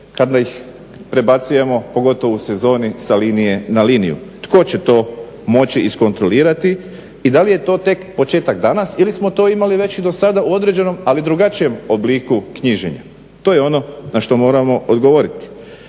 kada ih prebacujemo, pogotovo u sezoni, sa linije na liniju? Tko će to moći iskontrolirati i da li je to tek početak danas ili smo to imali već i dosada u određenom ali drugačijem obliku knjiženja? To je ono na što moramo odgovoriti.